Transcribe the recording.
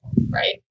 Right